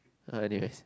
uh anyways